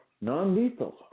Non-lethal